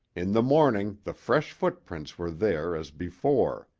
in the morning the fresh footprints were there, as before.